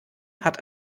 hat